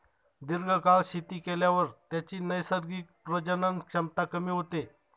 दीर्घकाळ शेती केल्यावर त्याची नैसर्गिक प्रजनन क्षमता कमी होते